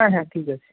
হ্যাঁ হ্যাঁ ঠিক আছে